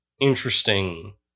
interesting